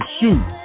shoot